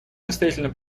настоятельно